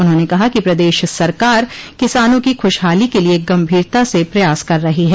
उन्होंने कहा कि प्रदेश सरकार किसानों की खुशहाली के लिए गंभीरता से प्रयास कर रही है